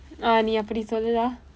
ah நீ அப்படி சொல்லு:nii appadi sollu lah